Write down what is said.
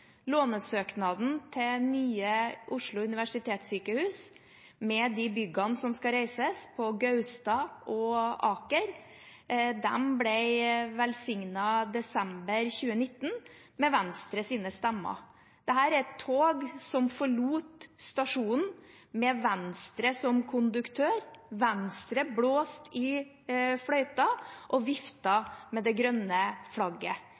Lånesøknaden til Nye Oslo universitetssykehus, med de byggene som skal reises på Gaustad og Aker, ble velsignet i desember 2019, med Venstres stemmer. Dette er et tog som forlot stasjonen med Venstre som konduktør. Venstre blåste i fløyta og vifta med det grønne flagget.